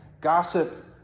Gossip